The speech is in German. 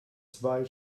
zwei